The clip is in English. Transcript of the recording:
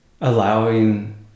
allowing